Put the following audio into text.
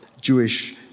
Jewish